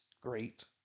great